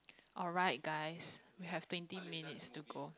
alright guys we have twenty minutes to go